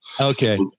Okay